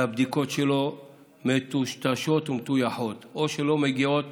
והבדיקות שלו מטושטשות ומטויחות או שלא מגיעות